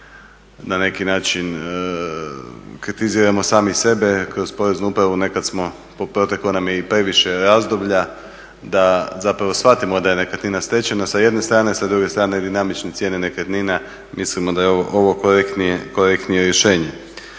na neki način kritiziramo sami sebe kroz Poreznu upravu nekad je proteklo i previše razdoblja da shvatimo da je nekretnina stečena sa jedne strane, a sa druge strane dinamične cijene nekretnina. Mislimo da je ovo korektnije rješenje.